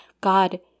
God